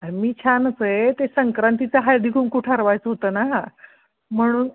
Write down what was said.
मी छानच आहे ते संक्रांतीचं हळदीकुंकू ठरवायचं होतं ना हा म्हणून